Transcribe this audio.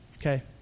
Okay